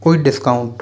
कोई डिस्काउंट